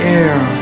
air